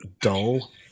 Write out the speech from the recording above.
dull